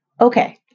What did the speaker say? Okay